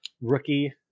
rookie